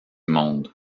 monde